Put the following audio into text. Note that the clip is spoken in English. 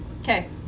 Okay